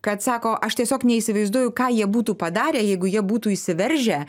kad sako aš tiesiog neįsivaizduoju ką jie būtų padarę jeigu jie būtų įsiveržę